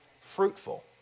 Fruitful